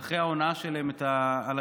ואחרי ההונאה שלהם את הציבור,